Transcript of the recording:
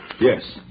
yes